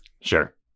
Sure